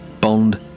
Bond